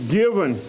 given